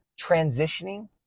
transitioning